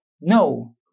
no